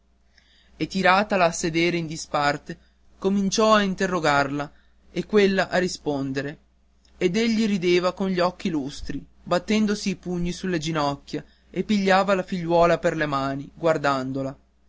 e tiratala a sedere in disparte cominciò a interrogarla e quella a rispondere ed egli rideva con gli occhi lustri battendosi i pugni sulle ginocchia e pigliava la figliuola con le mani guardandola